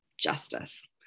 justice